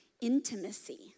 intimacy